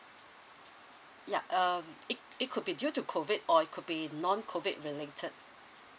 ya um it it could be due to COVID or it could be non COVID related